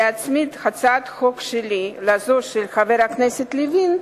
להצמיד את הצעת חוק שלי לזו של חבר הכנסת לוין,